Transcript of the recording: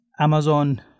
Amazon